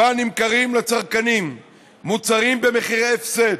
שבה נמכרים לצרכנים מוצרים במחירי הפסד,